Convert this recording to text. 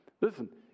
Listen